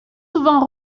souvent